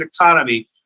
economy